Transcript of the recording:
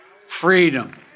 freedom